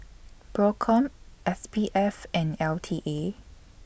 PROCOM S P F and L T A